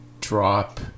drop